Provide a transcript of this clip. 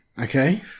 Okay